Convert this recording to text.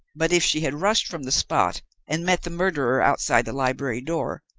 but, if she had rushed from the spot and met the murderer outside the library door,